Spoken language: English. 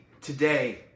today